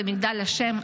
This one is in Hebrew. במגדל השן,